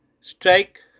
strike